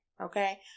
okay